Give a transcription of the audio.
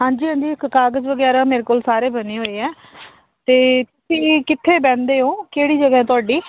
ਹਾਂਜੀ ਹਾਂਜੀ ਇੱਕ ਕਾਗਜ਼ ਵਗੈਰਾ ਮੇਰੇ ਕੋਲ ਸਾਰੇ ਬਣੇ ਹੋਏ ਆ ਤੇ ਤੁਸੀਂ ਕਿੱਥੇ ਬਹਿੰਦੇ ਹੋ ਕਿਹੜੀ ਜਗ੍ਹਾ ਤੁਹਾਡੀ